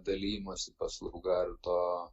dalijimosi paslauga ir to